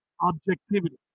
Objectivity